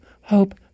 hope